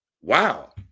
Wow